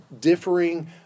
differing